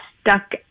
stuck